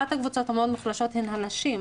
אחת הקבוצות המאוד מוחלשות הן הנשים.